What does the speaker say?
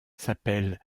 s’appelle